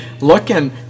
looking